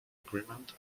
agreement